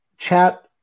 chat